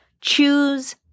Choose